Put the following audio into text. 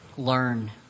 learn